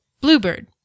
Bluebird